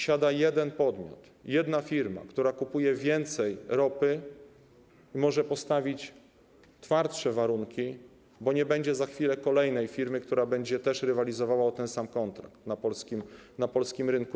Siada jeden podmiot, jedna firma, która kupuje więcej ropy, i może postawić twardsze warunki, bo nie będzie za chwilę kolejnej firmy, która będzie też rywalizowała o ten sam kontrakt na polskim rynku.